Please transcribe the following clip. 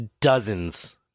dozens